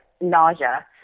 nausea